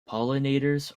pollinators